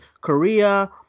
Korea